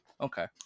okay